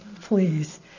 please